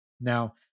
now